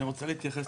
אני רוצה להתייחס.